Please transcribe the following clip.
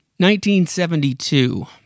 1972